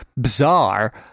bizarre